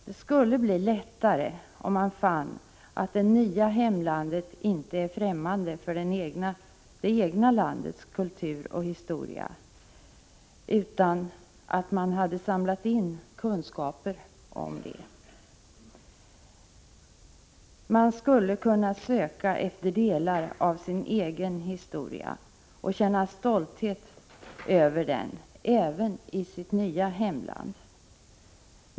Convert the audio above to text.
Det skulle bli lättare om man upptäckte att det nya hemlandet inte är främmande för det 81 egna landets kultur och historia utan har samlat in kunskaper om detta. Man skulle kunna söka efter delar av sin egen historia — och känna stolthet över den även i sitt nya hemland.